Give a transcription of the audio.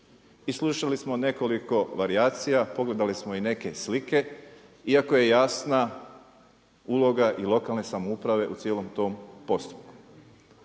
I slušali smo nekoliko varijacija, pogledali smo i neke slike, iako je jasna uloga lokalne samouprave u cijelom tom postupku.